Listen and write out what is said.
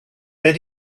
then